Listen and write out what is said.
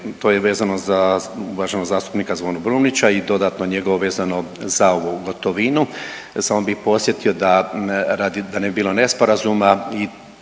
to je vezano za uvaženog zastupnika Zvanu Brumnića i dodatno njegovo vezano za ovu gotovinu. Samo bih podsjetio da radi, da ne bi bilo nesporazuma